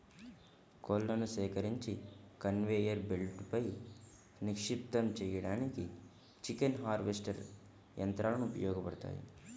కోళ్లను సేకరించి కన్వేయర్ బెల్ట్పై నిక్షిప్తం చేయడానికి చికెన్ హార్వెస్టర్ యంత్రాలు ఉపయోగపడతాయి